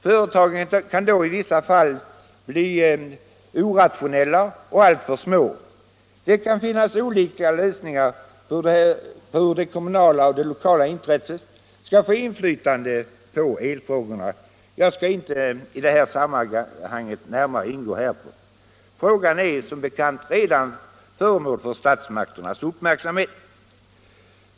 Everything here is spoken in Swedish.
Företagen kan då i vissa fall bli orationella och alltför små. Det kan finnas olika lösningar när det gäller hur det kommunala och det lokala intresset skall få inflytande på elfrågorna. Jag skall inte i detta sammanhang närmare ingå härpå. Frågan är som bekant redan föremål för statsmakternas uppmärksamhet.